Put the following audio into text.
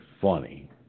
funny